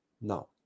No